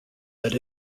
that